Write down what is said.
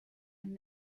and